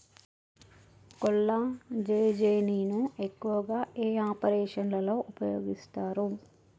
కొల్లాజెజేని ను ఎక్కువగా ఏ ఆపరేషన్లలో ఉపయోగిస్తారు?